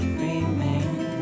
remain